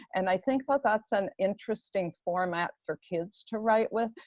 and i think but that's an interesting format for kids to write with.